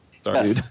Sorry